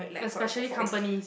especially companies